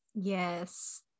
yes